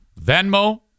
Venmo